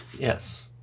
Yes